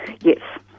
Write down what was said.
Yes